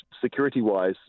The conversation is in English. security-wise